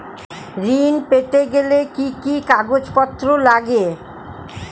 ঋণ পেতে গেলে কি কি কাগজপত্র লাগে?